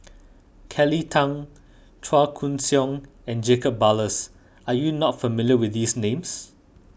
Kelly Tang Chua Koon Siong and Jacob Ballas are you not familiar with these names